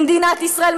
במדינת ישראל,